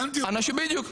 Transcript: קיבל פה חינוך הכול בסדר.